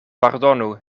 pardonu